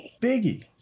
Biggie